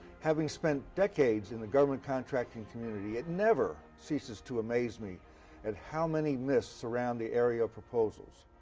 having spent decades in the government contracting community, it never ceases to amaze me at how many myths surround the area of proposals.